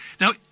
Now